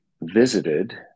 visited